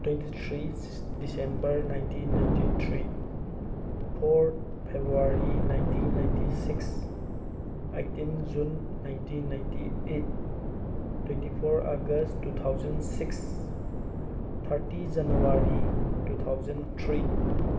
twenty three December ninety ninety three four February ninety ninety six eighteen June ninety ninety eight twenty four August two thousand six thirty January two thousand three